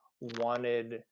wanted